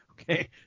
Okay